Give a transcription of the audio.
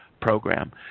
program